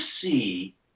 see